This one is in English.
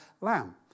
lamb